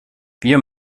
wir